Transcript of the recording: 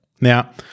Now